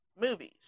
movies